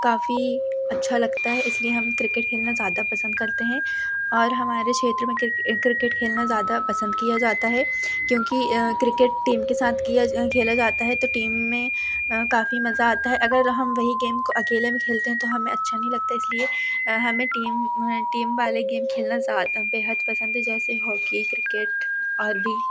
काफी अच्छा लगता है इसलिए हम क्रिकेट खेलना ज़्यादा पसंद करते हैं और हमारे क्षेत्र में क्रिकेट खेलना ज़्यादा पसंद किया जाता है क्योंकि क्रिकेट टीम के साथ किया खेला जाता है तो टीम में काफी मज़ा आता है अगर हम वही गेम को अकेले में खेलते हैं तो हमें अच्छा नहीं लगता है इसलिये हमें टीम टीम वाले गेम खेलना ज़्यादा बेहद पसंद है जैसे हॉकी क्रिकेट और भी